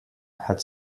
had